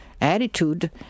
attitude